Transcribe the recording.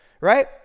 right